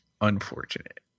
unfortunate